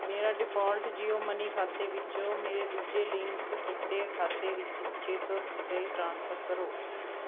ਮੇਰਾ default Jio money ਖਾਤੇ ਵਿੱਚੋਂ ਮੇਰੇ ਦੂਜੇ ਲਿੰਕ ਕੀਤੇ ਖਾਤੇ ਵਿੱਚ ਛੇ ਸੌ ਰੁਪਏ ਟ੍ਰਾਂਸਫਰ ਕਰੋ